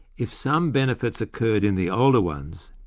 if some benefits occurred in the older ones,